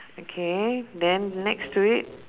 okay then next to it